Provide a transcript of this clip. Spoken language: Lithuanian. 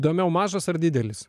įdomiau mažas ar didelis